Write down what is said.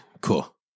Cool